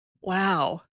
Wow